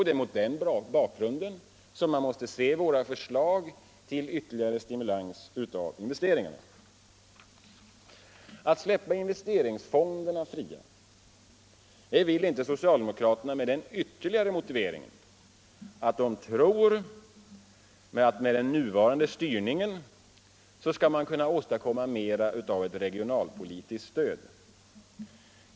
Det är mot den bakgrunden man måste se våra förslag om ytterligare stimulans till investeringarna. Socialdemokraterna vill inte släppa investeringsfonderna fria med den ytterligare motiveringen att de tror sig med nuvarande styrning kunna åstadkomma mer av ett regionalpolitiskt stöd.